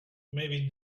maybe